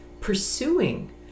pursuing